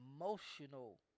emotional